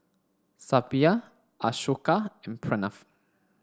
Suppiah Ashoka and Pranav